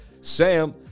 Sam